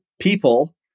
people